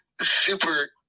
super